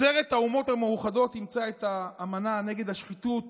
עצרת האומות המאוחדות אימצה את האמנה נגד השחיתות